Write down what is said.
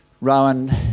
Rowan